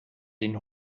den